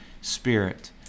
Spirit